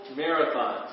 marathon